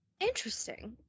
Interesting